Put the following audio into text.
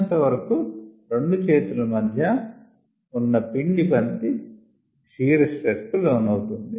ఉన్నంత వరకు రెండు చేతుల మధ్య ఉన్న పిండి బంతి షియర్ స్ట్రెస్ కు లోనవుతుంది